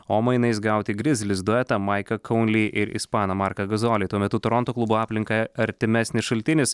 o mainais gauti grizlis duetą maiką kaunli ir ispaną marką gazolį tuo metu toronto klubo aplinka artimesnis šaltinis